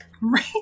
Right